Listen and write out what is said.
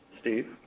Steve